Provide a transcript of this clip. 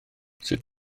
sut